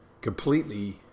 Completely